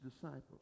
disciples